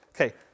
Okay